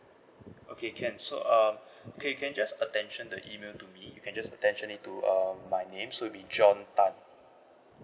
okay can so uh okay can you just attention the email to me you can just attention it to um my name so it'll be john tan